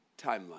timeline